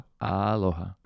Aloha